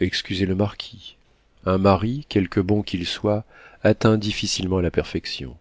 excusez le marquis un mari quelque bon qu'il soit atteint difficilement à la perfection